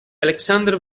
aleksandr